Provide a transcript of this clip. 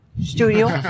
Studio